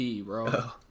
bro